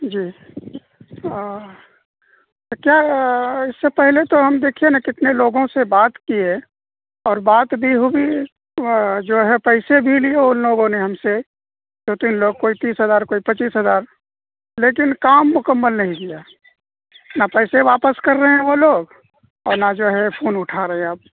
جی تو کیا اس سے پہلے تو ہم دیکھیے نا کتنے لوگوں سے بات کیے اور بات بھی ہوئی جو ہے پیسے بھی لیے ان لوگوں ںے ہم سے دو تین لوگ کوئی تیس ہزار کوئی پچیس ہزار لیکن کام مکمل نہیں کیا نہ پیسے واپس کر رہے ہیں وہ لوگ اور نہ جو ہے فون اٹھا رہے ہیں اب